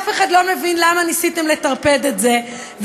אף אחד לא מבין למה ניסיתם לטרפד את זה,